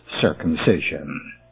circumcision